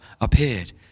appeared